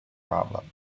problem